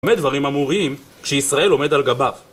במה דברים אמורים כשישראל עומד על גביו?